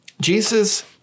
Jesus